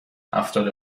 هفتاد